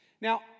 Now